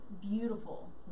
beautiful